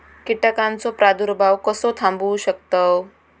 कीटकांचो प्रादुर्भाव कसो थांबवू शकतव?